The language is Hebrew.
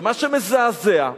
ומה שמזעזע,